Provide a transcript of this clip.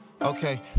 okay